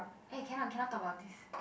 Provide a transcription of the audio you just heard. eh cannot cannot talk about this